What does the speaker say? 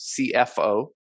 cfo